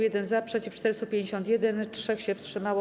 1 - za, przeciw - 451, 3 się wstrzymało.